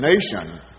nation